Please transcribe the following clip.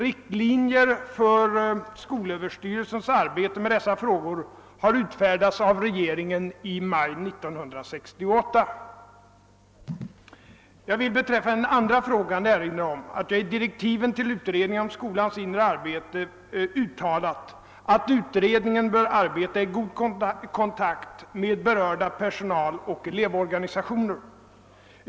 Riktlinjer för skolöverstyrelsens arbete med dessa frågor har utfärdats av regeringen i maj 1968. Jag vill beträffande den andra frågan erinra om att jag i direktiven till utredningen om skolans inre arbete uttalat att utredningen bör arbeta i god kontakt med berörda personaloch elevorganisationer.